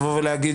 לבוא ולהגיד